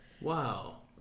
Wow